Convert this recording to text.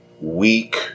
weak